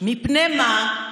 מפני מה?